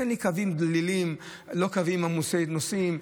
תן לי קווים דלילים, לא קווים עמוסי נוסעים.